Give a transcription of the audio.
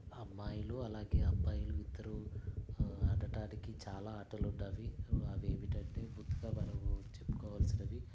అమ్మాయిలు అలాగే అబ్బాయిలు ఇద్దరూ ఆడటానికి చాలా ఆటలున్నాయి అవి ఏమిటంటే ముందుగా మనము చెప్పుకోవాల్సినవి